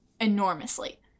enormously